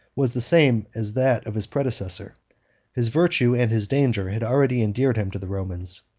was the same as that of his predecessor his virtue and his danger had already endeared him to the romans,